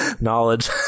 knowledge